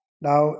Now